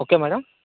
okay madam